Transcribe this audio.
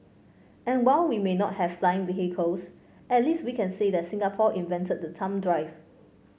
and while we may not have flying vehicles at least we can say that Singapore invented the thumb drive